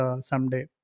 someday